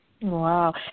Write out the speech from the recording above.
Wow